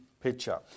picture